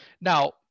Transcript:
Now